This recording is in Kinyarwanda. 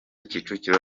kicukiro